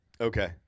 Okay